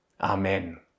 Amen